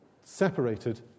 separated